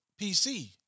PC